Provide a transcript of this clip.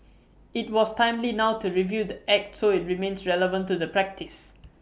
IT was timely now to review the act so IT remains relevant to the practice